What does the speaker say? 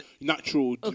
natural